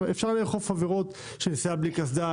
אפשר לאכוף עבירות של נסיעה בלי קסדה,